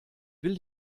will